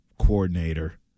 coordinator